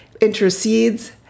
intercedes